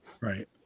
Right